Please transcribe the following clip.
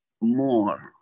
more